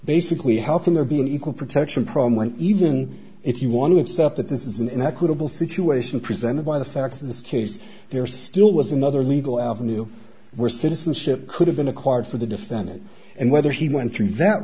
basically helping there be an equal protection problem when even if you want to accept that this is an equitable situation presented by the facts of this case there still was another legal avenue were citizenship could have been acquired for the defendant and whether he went through that